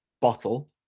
bottle